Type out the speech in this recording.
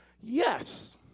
Yes